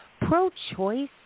Pro-choice